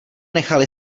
nechali